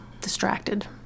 distracted